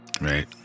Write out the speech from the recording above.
right